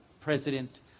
President